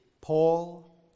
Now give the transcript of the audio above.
Paul